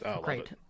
great